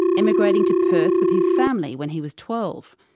immigrating to perth with his family when he was twelve.